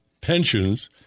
pensions